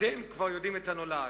אתם כבר יודעים את הנולד.